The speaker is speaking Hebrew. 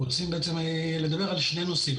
אנחנו רוצים בעצם לדבר על שני נושאים,